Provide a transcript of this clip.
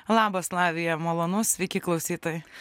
labas lavija malonu sveiki klausytojai